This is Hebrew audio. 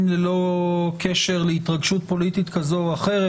ללא קשר להתרגשות פוליטית כזו או אחרת.